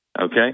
Okay